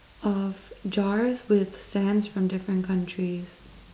of jars with sands from different countries